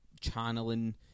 channeling